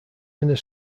inner